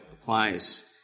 applies